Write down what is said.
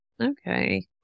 Okay